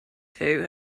two